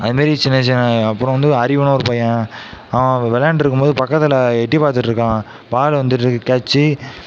அதை மாதிரி சின்ன சின்ன அப்புறம் வந்து அரிவுன்னு ஒரு பையன் அவன் விளையாண்டுட்ருக்கும் போது பக்கத்தில் எட்டி பார்த்துட்ருக்கான் பாலு வந்துட்யிருக்கு கேட்சி